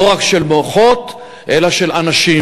לא רק של מוחות אלא של אנשים,